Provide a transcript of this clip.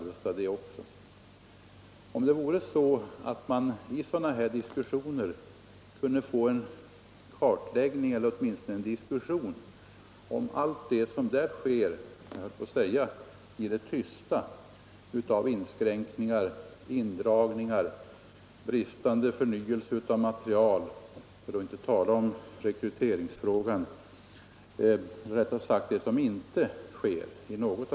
Det vore bra om man i sådana här sammanhang kunde få en kartläggning av, eller åtminstone diskussion om, allt det som där sker — i det tysta — i form av inskränkningar, indragningar, bristande förnyelse av material, för att inte tala om rekrytering. Det kanske är riktigare att använda uttrycket ”inte sker”.